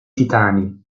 titani